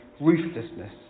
ruthlessness